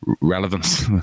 relevance